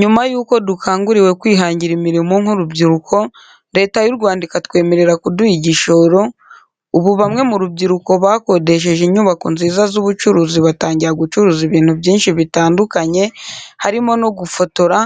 Nyuma y'uko dukanguriwe kwihangira imirimo nk'urubyiruko Leta y'u Rwanda ikatwemerera kuduha igishoro, ubu bamwe mu rubyiruko bakodesheje inyubako nziza z'ubucuruzi batangira gucuruza ibintu byinshi bitandukanye, harimo no gufotora